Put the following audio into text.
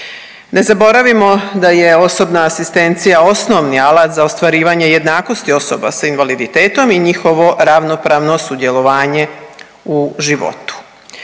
Ne zaboravimo da je je osobna asistencija osnovni alata za ostvarivanje jednakosti osoba sa invaliditetom i njihovo ravnopravno sudjelovanje u životu.